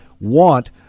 want